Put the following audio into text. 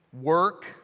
Work